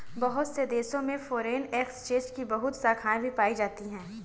बहुत से देशों में फ़ोरेन एक्सचेंज की बहुत सी शाखायें भी पाई जाती हैं